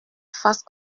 face